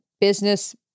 business